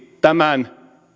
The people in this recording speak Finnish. tämän